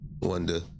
Wonder